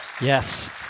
Yes